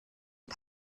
die